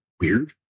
weird